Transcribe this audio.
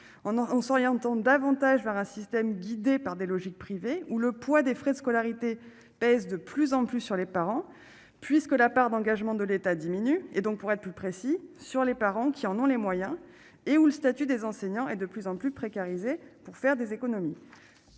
on s'oriente davantage vers un système guidé par des logiques privées ou le poids des frais de scolarité pèsent de plus en plus sur les parents, puisque la part d'engagement de l'État diminue et donc pour être plus précis sur les parents qui en ont les moyens, et où le statut des enseignants et de plus en plus précarisés pour faire des économies,